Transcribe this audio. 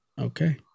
Okay